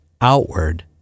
outward